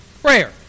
Prayer